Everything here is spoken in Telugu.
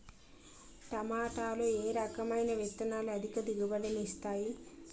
టమాటాలో ఏ రకమైన విత్తనాలు అధిక దిగుబడిని ఇస్తాయి